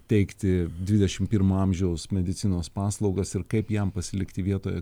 teikti dvidešim pirmo amžiaus medicinos paslaugas ir kaip jam pasilikti vietoje